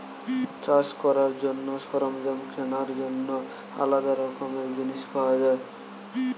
চাষ করার জন্য সরঞ্জাম কেনার জন্য আলাদা রকমের জিনিস পাওয়া যায়